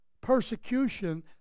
persecution